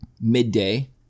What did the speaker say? midday